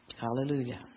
Hallelujah